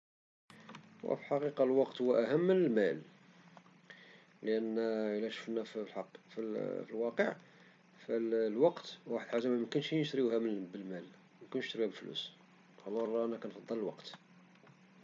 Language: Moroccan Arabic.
وفي الحقيقة الوقت هو أهم من المال لأن الى شوفنا في الواقع فالوقت هو واحد الحاجة لي ميمكنش نشريوها بالفلوس، ألور أنا كنفضل الوقت.